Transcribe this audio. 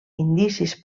indicis